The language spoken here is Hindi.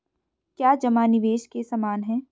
क्या जमा निवेश के समान है?